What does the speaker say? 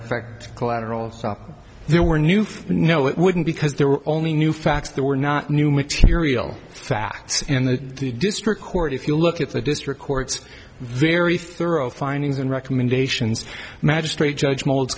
effect collateral stop there were new no it wouldn't because there were only new facts there were not new material facts in the district court if you look at the district court's very thorough findings and recommendations magistrate judge mold